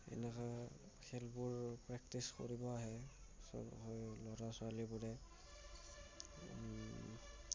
এনেকুৱা খেলবোৰ প্ৰেক্টিচ কৰিব আহে চব হয় ল'ৰা ছোৱালীবোৰে